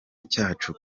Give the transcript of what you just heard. cyacu